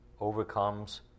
overcomes